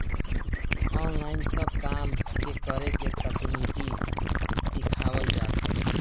online सब काम के करे के तकनीकी सिखावल जात हवे